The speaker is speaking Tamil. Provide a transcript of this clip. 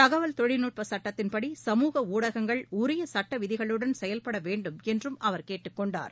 தகவல் தொழில்நுட்ப சுட்டத்தின்படி சமூக ஊடகங்கள் உரிய சுட்டவிதிகளுடன் செயவ்பட வேண்டும் என்றும் அவர் கேட்டுக்கொண்டார்